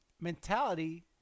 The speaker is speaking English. mentality